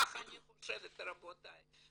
כך אני חושבת, רבותי.